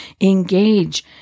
engage